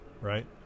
right